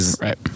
right